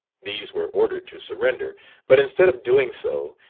these were ordered to surrender but instead of doing so,